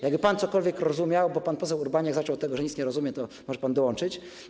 Jakby pan cokolwiek rozumiał, bo pan poseł Urbaniak zaczął od tego, że nic nie rozumie, to może pan dołączyć.